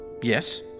Yes